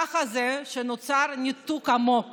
ככה זה כשנוצר ניתוק עמוק